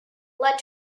led